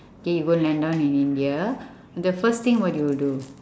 okay you go land down in india the first thing what you will do